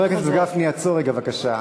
חבר הכנסת גפני, עצור רגע בבקשה.